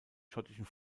schottischen